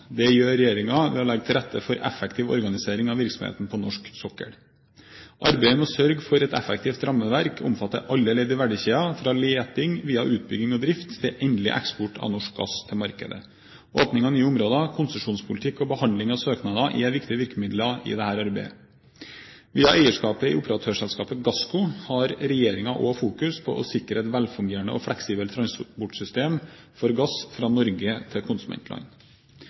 gjør regjeringen ved å legge til rette for effektiv organisering av virksomheten på norsk sokkel. Arbeidet med å sørge for et effektivt rammeverk omfatter alle ledd i verdikjeden – fra leting, via utbygging og drift til endelig eksport av norsk gass til markedet. Åpning av nye områder, konsesjonspolitikk og behandling av søknader er viktige virkemidler i dette arbeidet. Via eierskapet i operatørselskapet Gassco har regjeringen også fokus på å sikre et velfungerende og fleksibelt transportsystem for gass fra Norge til